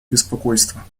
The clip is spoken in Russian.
беспокойство